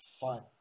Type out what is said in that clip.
fun